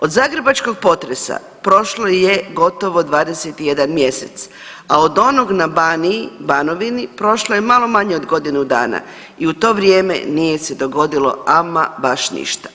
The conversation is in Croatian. Od zagrebačkog potresa prošlo je gotovo 21 mjesec, a od onog na Baniji, Banovini, prošlo je malo manje od godinu dana i u to vrijeme nije se dogodilo ama baš ništa.